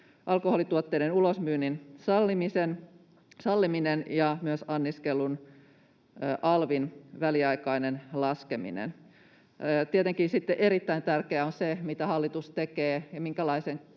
alkoholituotteiden ulosmyynnin salliminen ja myös anniskelun alvin väliaikainen laskeminen. Tietenkin sitten erittäin tärkeää on se, mitä hallitus tekee ja minkälaisen